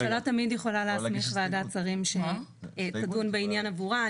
ממשלה תמיד יכולה להסמיך ועדת שרים שתדון בעניין עבורה.